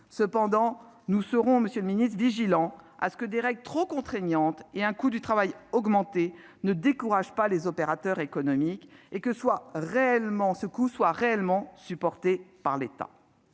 Cependant, nous serons vigilants à ce que des règles trop contraignantes et un coût du travail augmenté ne découragent pas les opérateurs économiques et à ce que ce coût soit réellement supporté par l'État.